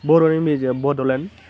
बर'निनो बड'लेण्ड